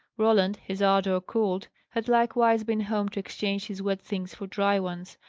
roland, his ardour cooled, had likewise been home to exchange his wet things for dry ones.